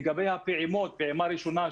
לגבי הפעימות פעימה ראשונה,